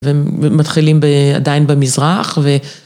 ומתחילים ב... עדיין במזרח ו...